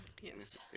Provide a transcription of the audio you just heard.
Yes